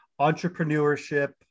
entrepreneurship